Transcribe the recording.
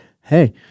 Hey